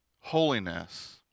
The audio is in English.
holiness